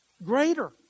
Greater